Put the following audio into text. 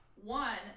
one